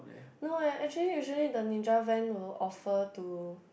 no eh actually usually the Ninja Van will offer to